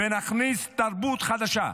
ונכניס תרבות חדשה: